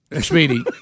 Speedy